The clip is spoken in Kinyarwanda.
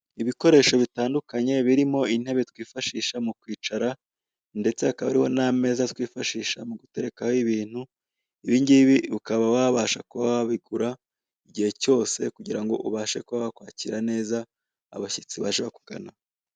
Ibikoresho by'intebe abantu bicaraho ndetse n'ameza baterekaho ibintu. Ibi bikoresho ni ingenzi cyane mu buzima bwa buri munsi, by'umwihariko ku bafite umuryango wagutse, cyangwa se abakunda gusurwa cyane.